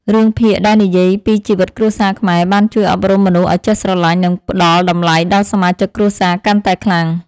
រឿងភាគដែលនិយាយពីជីវិតគ្រួសារខ្មែរបានជួយអប់រំមនុស្សឱ្យចេះស្រឡាញ់ និងផ្តល់តម្លៃដល់សមាជិកគ្រួសារកាន់តែខ្លាំង។